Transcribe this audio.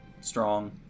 strong